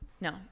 No